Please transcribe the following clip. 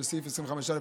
של סעיף 25א האמור,